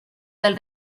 del